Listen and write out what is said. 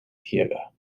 ciega